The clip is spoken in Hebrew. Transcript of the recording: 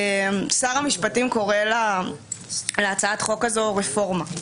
שר המשפטים קורא להצעת החוק הזאת רפורמה.